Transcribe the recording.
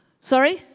Sorry